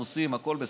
הכול בסדר,